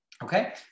Okay